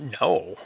No